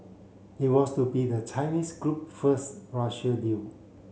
it was to be the Chinese group first Russian deal